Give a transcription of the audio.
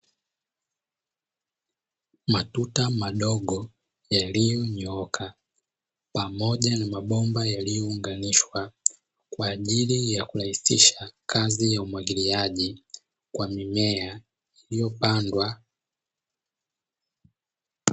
Matuta madogo yaliyonyooka pamoja na mabomba yaliyounganishwa, kwa ajili ya kurahisisha kazi ya umwagiliaji wa mimea iliyopandwa.